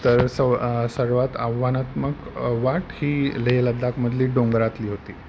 तर स सर्वात आव्हानात्मक वाट ही लेह लद्दाखमधली डोंगरातली होती